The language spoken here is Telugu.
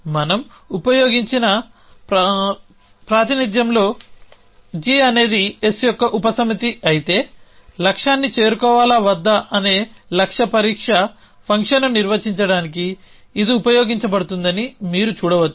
మనం ఉపయోగించినప్రాతినిధ్యంలో g అనేది S యొక్క ఉపసమితి అయితే లక్ష్యాన్ని చేరుకోవాలా వద్దా అనే లక్ష్య పరీక్ష ఫంక్షన్ను నిర్వచించడానికి ఇది ఉపయోగించబడుతుందని మీరు చూడవచ్చు